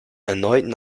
erneuten